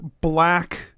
black